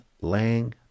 Lang